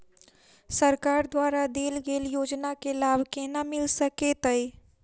सरकार द्वारा देल गेल योजना केँ लाभ केना मिल सकेंत अई?